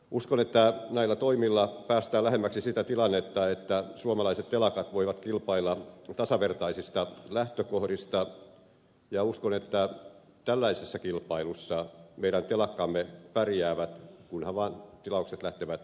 uskon että näillä toimilla päästään lähemmäksi sitä tilannetta että suomalaiset telakat voivat kilpailla tasavertaisista lähtökohdista ja uskon että tällaisessa kilpailussa meidän telakkamme pärjäävät kunhan vaan tilaukset lähtevät liikkeelle